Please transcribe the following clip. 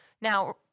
Now